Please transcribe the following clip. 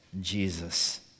Jesus